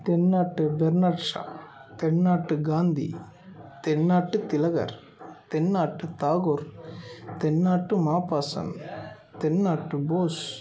தென்னாட்டு Bernard Shaw தென்னாட்டு காந்தி தென்னாட்டு திலகர் தென்னாட்டு தாகூர் தென்னாட்டு மாப்பசான் தென்னாட்டு போஸ்